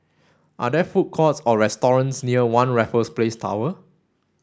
are there food courts or restaurants near One Raffles Place Tower